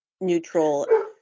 neutral